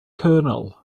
colonel